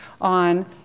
on